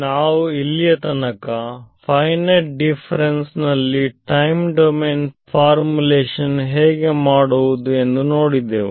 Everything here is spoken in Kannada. ನಾವು ಇಲ್ಲಿಯತನಕ ಫೈನೈಟ್ ಡಿಫರೆನ್ಸ್ ನಲ್ಲಿ ಟೈಮ್ ಡೊಮೇನ್ ಫಾರ್ಮುಲೇಶನ್ಸ್ ಹೇಗೆ ಮಾಡಿದೆ ಎಂದು ನೋಡಿದೆವು